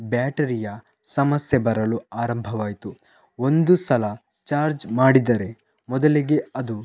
ಬ್ಯಾಟರಿಯ ಸಮಸ್ಯೆ ಬರಲು ಆರಂಭವಾಯಿತು ಒಂದು ಸಲ ಚಾರ್ಜ್ ಮಾಡಿದರೆ ಮೊದಲಿಗೆ ಅದು